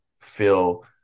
feel